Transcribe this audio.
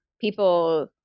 people